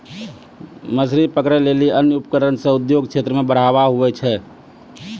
मछली पकड़ै लेली अन्य उपकरण से उद्योग क्षेत्र मे बढ़ावा हुवै छै